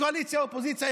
קואליציה ואופוזיציה.